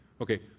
okay